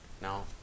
no